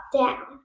down